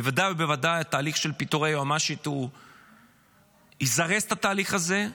בוודאי ובוודאי התהליך של פיטורי היועמ"שית יזרז את התהליך הזה,